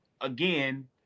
again